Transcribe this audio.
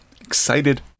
excited